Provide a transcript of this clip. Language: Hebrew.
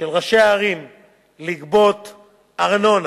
ראשי ערים לגבות ארנונה,